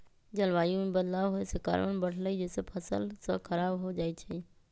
जलवायु में बदलाव होए से कार्बन बढ़लई जेसे फसल स खराब हो जाई छई